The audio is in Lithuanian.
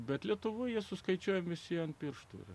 bet lietuvoje suskaičiuojami visi ant pirštų